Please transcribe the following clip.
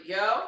go